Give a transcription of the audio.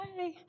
Hi